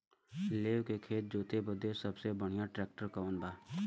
लेव के खेत जोते बदे सबसे बढ़ियां ट्रैक्टर कवन बा?